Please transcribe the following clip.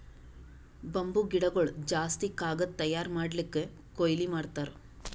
bamboo ಗಿಡಗೊಳ್ ಜಾಸ್ತಿ ಕಾಗದ್ ತಯಾರ್ ಮಾಡ್ಲಕ್ಕೆ ಕೊಯ್ಲಿ ಮಾಡ್ತಾರ್